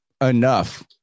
enough